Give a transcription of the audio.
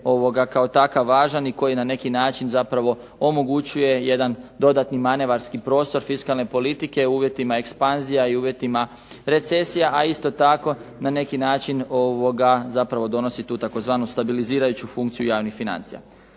kao takav važan i koji na neki način zapravo omogućuje jedan dodatni manevarski prostor fiskalne politike u uvjetima ekspanzijama i uvjetima recesija, a isto tako na neki način zapravo donosi tu tzv. stabilizirajuću funkciju javnih financija.